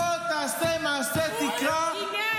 בוא תעשה מעשה -- היום מול התקשורת הוא גינה.